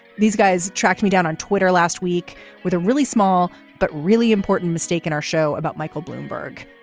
these guys tracked me down on twitter last week with a really small but really important mistake in our show about michael bloomberg.